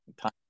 Time